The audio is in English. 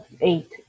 eight